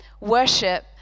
worship